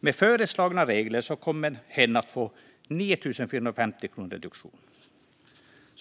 Med föreslagna regler kommer hen att få 9 450 kronor i reduktion.